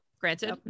granted